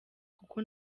kuko